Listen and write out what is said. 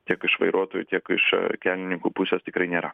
tiek iš vairuotojų tiek iš kelininkų pusės tikrai nėra